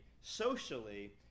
socially